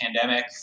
pandemic